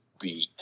beat